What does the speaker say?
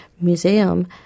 Museum